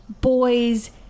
boys